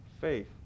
faith